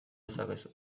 dezakezu